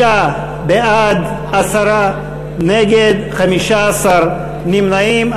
56 בעד, עשרה נגד, 15 נמנעים.